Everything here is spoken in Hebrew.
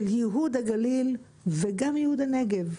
של ייהוד הגליל וגם ייהוד הנגב.